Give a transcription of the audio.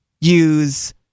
use